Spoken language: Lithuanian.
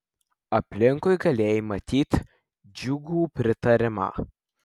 aplinkui galėjai matyt džiugų pritarimą